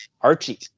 archie